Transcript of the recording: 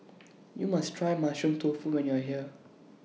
YOU must Try Mushroom Tofu when YOU Are here